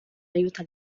aiuta